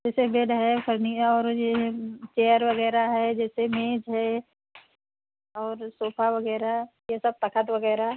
जैसे बेड है फ़र्नी और ये है चेयर वगैरह है जैसे मेज है और सोफ़ा वगैरह ये सब तख़्त वगैरह